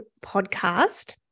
podcast